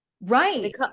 right